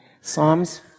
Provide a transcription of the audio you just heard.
Psalms